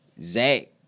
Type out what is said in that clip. Zach